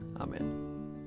Amen